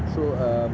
so err